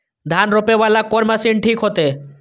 धान रोपे वाला कोन मशीन ठीक होते?